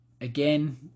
Again